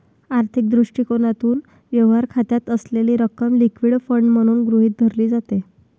आर्थिक दृष्टिकोनातून, व्यवहार खात्यात असलेली रक्कम लिक्विड फंड म्हणून गृहीत धरली जाते